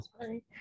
sorry